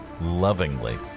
Lovingly